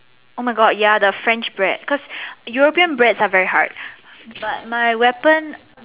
oh my God ya the French bread cause European breads are very hard but my weapon